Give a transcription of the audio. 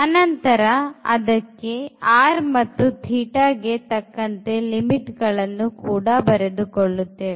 ಅನಂತರ ಅದಕ್ಕೆ r ಮತ್ತುθ ಗೆ ತಕ್ಕಂತೆ ಲಿಮಿಟ್ ಗಳನ್ನು ಕೂಡ ಬರೆದುಕೊಳ್ಳುತ್ತೇವೆ